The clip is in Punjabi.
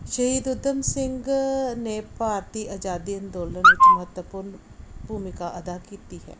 ਸ਼ਹੀਦ ਉਧਮ ਸਿੰਘ ਨੇ ਭਾਰਤੀ ਆਜ਼ਾਦੀ ਅੰਦੋਲਨ ਵਿੱਚ ਮਹੱਤਵਪੂਰਨ ਭੂਮਿਕਾ ਅਦਾ ਕੀਤੀ ਹੈ